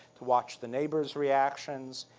to watch the neighbors reactions,